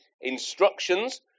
instructions